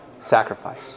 sacrifice